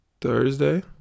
Thursday